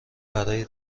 برای